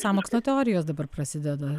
sąmokslo teorijos dabar prasideda